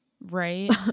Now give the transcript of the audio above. right